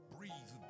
Breathe